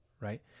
right